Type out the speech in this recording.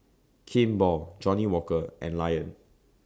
Kimball Johnnie Walker and Lion